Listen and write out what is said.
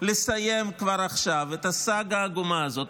לסיים כבר עכשיו את הסאגה העגומה הזאת.